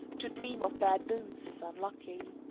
to dream of bad boots is unlucky.